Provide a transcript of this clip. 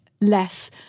less